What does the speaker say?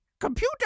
computer